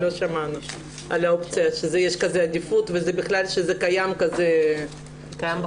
לא שמענו שיש כזו עדיפות ושקיימת כזה --- כן,